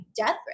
death